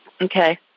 Okay